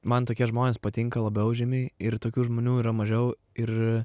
man tokie žmonės patinka labiau žymiai ir tokių žmonių yra mažiau ir